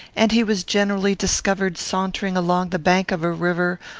and he was generally discovered sauntering along the bank of a river,